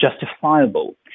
justifiable